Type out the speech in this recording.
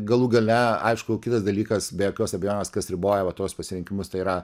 galų gale aišku kitas dalykas be jokios abejonės kas riboja va tuos pasirinkimus tai yra